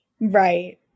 Right